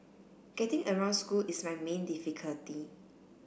getting around school is my main difficulty